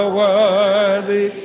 worthy